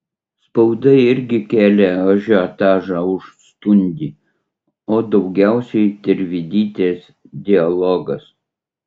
spauda irgi kėlė ažiotažą už stundį o daugiausiai tervidytės dialogas